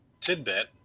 tidbit